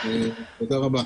תודה רבה.